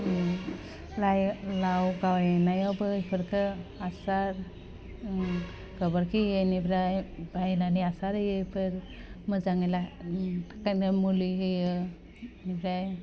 लाइ लाव गायनायावबो बेफोरखौ हासार गोबोरखि बिनिफ्राइ बायनानै हासार होयो बेफोर मोजाङै मुलि होयो आमफ्राइ